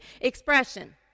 expression